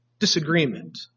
disagreement